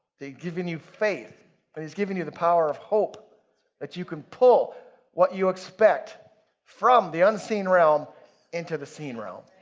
given you faith but he's giving you the power of hope that you can pull what you expect from the unseen realm into the seen realm.